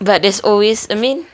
but there's always I mean